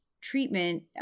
treatment –